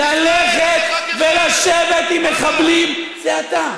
ללכת ולשבת עם מחבלים, זה אתה.